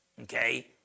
Okay